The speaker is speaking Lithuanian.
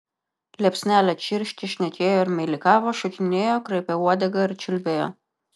liepsnelė čirškė šnekėjo ir meilikavo šokinėjo kraipė uodegą ir čiulbėjo